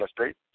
State